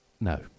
No